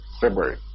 February